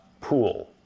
pool